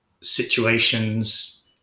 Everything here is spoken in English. situations